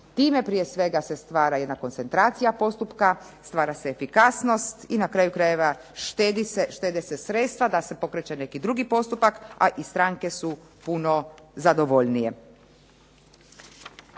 Time prije svega se stvara jedna koncentracija postupka, stvara se efikasnost i na kraju krajeva štede se sredstva da se pokreće neki drugi postupak, a i stranke su puno zadovoljnije.